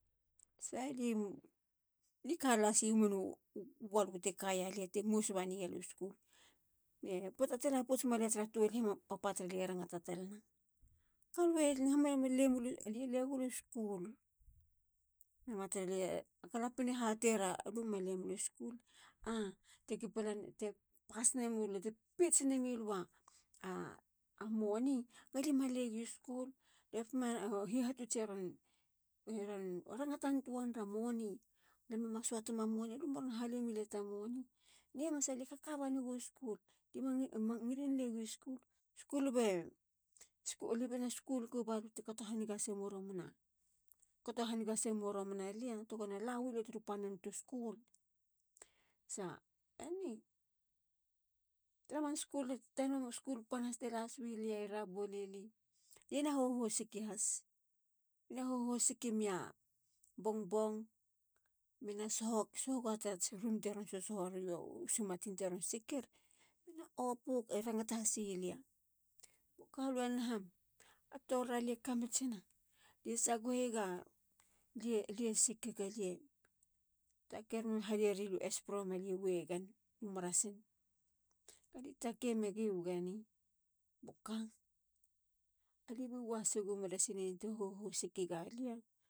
Sa liu. li kalasi monu waluti kayalia ti mos ya baneya liu school. e poata ti lapouts malia tara tolahi. papa taralie rangata talana. ka lue naha mula me ma le muleyu. lie le gulu schoo. rangater. a. a. a galapien e hater alu ma lemuleyu school. a te kipalan. te peits nemilua money. galie ma legiu school. alue pema u hihatuts eron. e ron rangatan toa nera moneyalame mas suate ma money. lu maron hale milia ta money. ni hamanasa. lie kakabanego school. lie ma. mangilin le giu school. school be,. lia bena school go ba lu tekato haniga hasemo romana lia tegona la weyolia turu pannen tu school. sa eni tara man school i puteni. man school pan has tila haswelia i rabol(rabaul) ili. lie na sohoga taratsi bun teron sosohoriu sumatin te sikir. mena opuk. i rangata hasi lia. boka. alue naham. a toriralie kamitsina. liesagoheyega. lie. lie sikig. taker me haleriliu espro balie wegen. u marasn. aliu take megi wageni. boka. alia be wa hasego meresin eni te hoho siki galia.